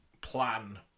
plan